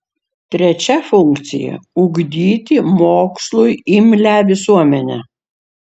trečia funkcija ugdyti mokslui imlią visuomenę